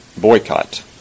boycott